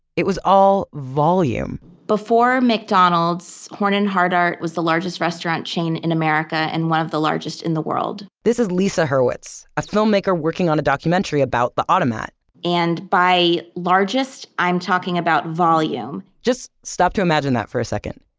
it was all volume before mcdonald's, horn and hardart was the largest restaurant chain in america, and one of the largest in the world this is lisa hurwitz, a filmmaker working on a documentary about the automat and by largest, i'm talking about volume just stop to imagine that for a second.